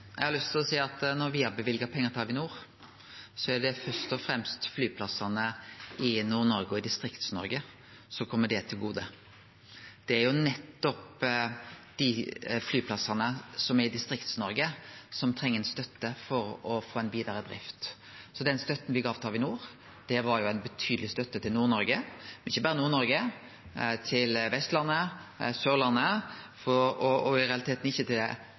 Eg har lyst til å seie at når me har løyva pengar til Avinor, er det først og fremst flyplassane i Nord-Noreg og i Distrikts-Noreg det kjem til gode. Det er nettopp flyplassane i Distrikts-Noreg som treng støtte for å ha vidare drift. Den støtta me gav til Avinor, var ei betydeleg støtte til Nord-Noreg, og ikkje berre til Nord-Noreg, men til Vestlandet og Sørlandet og i realiteten ikkje til